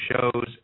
shows